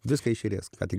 viską iš eilės ką tik